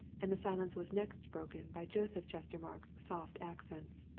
and the silence was next broken by joseph chestermarke's soft accents.